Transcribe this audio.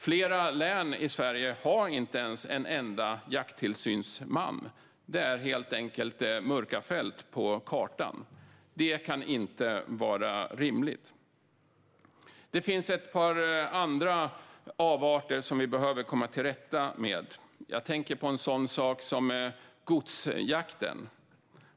Flera län i Sverige har inte ens en enda jakttillsynsman. Det är helt enkelt mörka fält på kartan. Detta kan inte vara rimligt. Det finns också ett par andra avarter som vi behöver komma till rätta med. Jag tänker på en sådan sak som godsjakten.